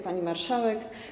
Pani Marszałek!